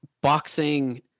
boxing